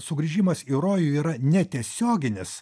sugrįžimas į rojų yra netiesioginis